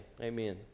Amen